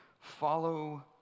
follow